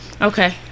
Okay